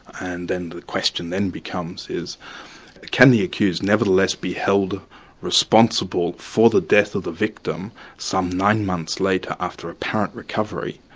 and then the question then becomes can the accused nevertheless be held responsible for the death of the victim some nine months later after apparent recovery,